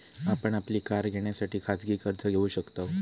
आपण आपली कार घेण्यासाठी खाजगी कर्ज घेऊ शकताव